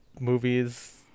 movies